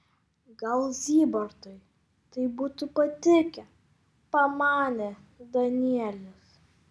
gal zybartui tai būtų patikę pamanė danielis